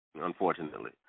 unfortunately